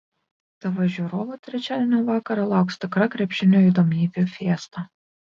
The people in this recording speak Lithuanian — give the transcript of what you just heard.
tv žiūrovų trečiadienio vakarą lauks tikra krepšinio įdomybių fiesta